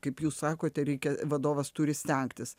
kaip jūs sakote reikia vadovas turi stengtis